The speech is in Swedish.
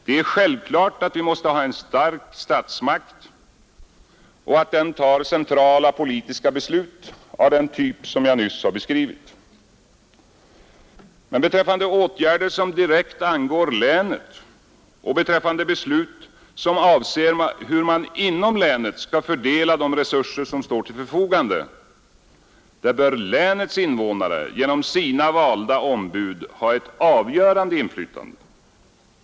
Det är självklart att vi måste ha en stark statsmakt och att den fattar centrala politiska beslut av den typ som jag nyss har beskrivit. Men beträffande åtgärder som direkt angår länet och beträffande beslut som avser hur man inom länet skall fördela de resurser som står till förfogande bör länets invånare genom sina valda ombud ha ett avgörande inflytande.